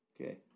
Okay